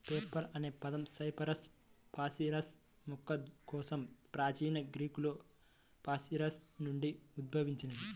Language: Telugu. పేపర్ అనే పదం సైపరస్ పాపిరస్ మొక్క కోసం ప్రాచీన గ్రీకులో పాపిరస్ నుండి ఉద్భవించింది